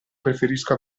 preferisco